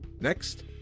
Next